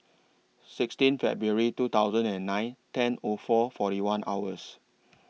sixteen February two thousand and nine ten O four forty one hours